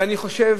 אני חושב